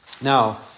Now